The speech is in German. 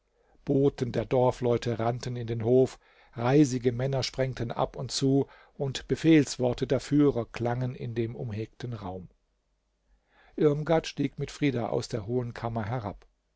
boten der dorfleute rannten in den hof reisige männer sprengten ab und zu und befehlsworte der führer klangen in dem umhegten raum irmgard stieg mit frida aus der hohen kammer herab